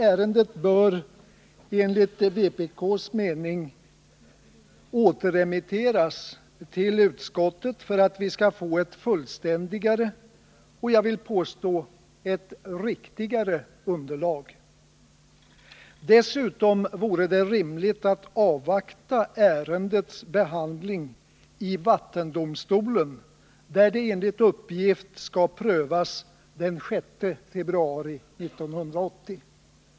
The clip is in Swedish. Ärendet bör enligt vpk:s mening återremitteras till utskottet för att vi skall få ett fullständigare och — vill jag påstå — riktigare underlag. Dessutom vore det rimligt att avvakta ärendets behandling vid vattendomstolen, där det enligt uppgift skall prövas den 6 februari 1980.